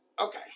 okay